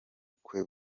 bukwe